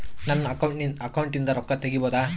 ನನ್ನ ಅಕೌಂಟಿಂದ ರೊಕ್ಕ ತಗಿಬಹುದಾ?